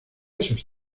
esos